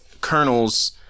kernels